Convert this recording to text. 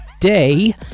day